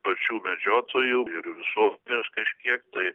pačių medžiotojų ir visuomenės kažkiek tai vyresni